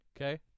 Okay